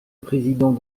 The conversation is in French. président